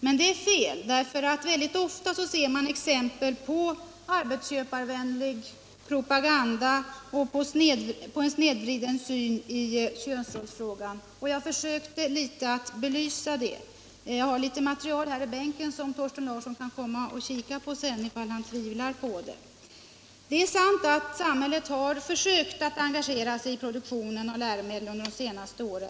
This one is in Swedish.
Men det är fel. Ofta ser man nämligen exempel på arbetsköparvänlig propaganda och snedvriden syn i könsrollsfrågan. Jag försökte belysa detta tidigare, och jag har material som styrker det i min bänk här. Thorsten Larsson kan komma och se på det, ifall han tvivlar på vad jag har sagt. Det är sant att samhället under de senaste åren har försökt att engagera sig i produktionen av läromedel. Bl.